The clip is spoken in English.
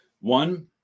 One